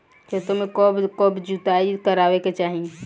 खेतो में कब कब जुताई करावे के चाहि?